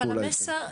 אבל המסר,